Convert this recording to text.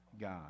god